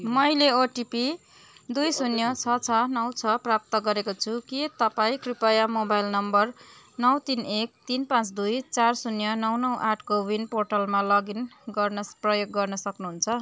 मैले ओटिपी दुई शून्य छ छ नौ छ प्राप्त गरेको छु के तपाईँ कृपया मोबाइल नम्बर नौ तिन एक तिन पाँच दुई चार शून्य नौ नौ आठ कोविन पोर्टलमा लगइन गर्न प्रयोग गर्न सक्नुहुन्छ